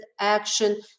action